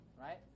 Right